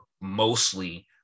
mostly